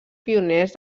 pioners